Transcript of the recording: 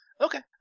Okay